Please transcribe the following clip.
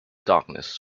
darkness